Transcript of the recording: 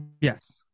Yes